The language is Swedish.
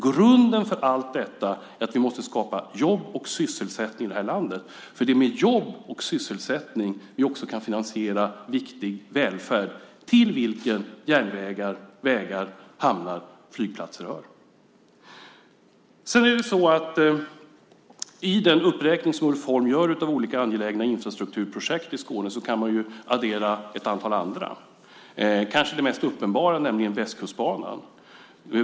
Grunden för allt detta är att vi måste skapa jobb och sysselsättning i det här landet, för det är med jobb och sysselsättning vi också kan finansiera viktig välfärd, till vilken järnvägar, vägar, hamnar och flygplatser hör. Till den uppräkning som Ulf Holm gör av olika angelägna infrastrukturprojekt i Skåne kan man addera ett antal andra. Kanske det mest uppenbara är Västkustbanan.